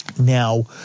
Now